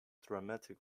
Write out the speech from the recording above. dramatic